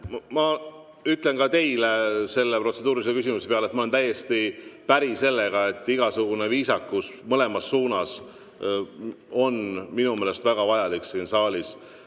Ma ütlen ka teile selle protseduurilise küsimuse peale, et ma olen täiesti päri sellega, et igasugune viisakus mõlemas suunas on minu meelest väga vajalik siin saalis.